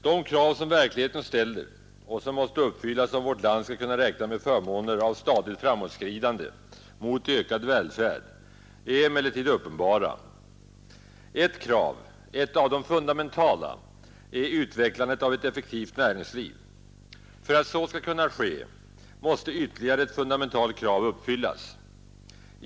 De krav som verkligheten ställer och som måste uppfyllas om vårt land skall kunna räkna med förmånen av stadigt framåtskridande mot ökad välfärd är emellertid uppenbara. Ett krav — ett av de fundamentala — är utvecklandet av ett effektivt näringsliv. För att så skall kunna ske måste ytterligare ett fundamentalt krav uppfyllas.